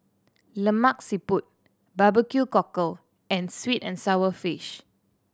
Lemak Siput barbecue cockle and sweet and sour fish